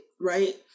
right